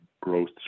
growth